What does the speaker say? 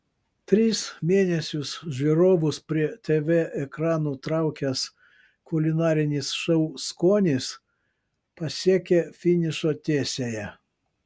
tris mėnesius žiūrovus prie tv ekranų traukęs kulinarinis šou skonis pasiekė finišo tiesiąją